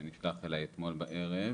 זה נשלח אליי אתמול בערב.